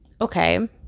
okay